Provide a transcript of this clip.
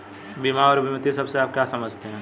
बीमा और बीमित शब्द से आप क्या समझते हैं?